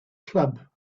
club